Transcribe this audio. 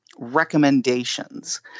recommendations